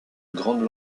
grande